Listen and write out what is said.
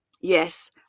Yes